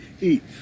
Eat